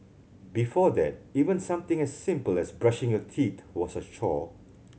before that even something as simple as brushing your teeth was a chore